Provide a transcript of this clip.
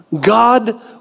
God